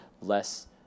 less